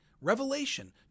revelation